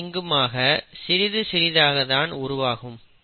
அங்கும் இங்குமாக சிறிது சிறிதாக தான் உருவாகும்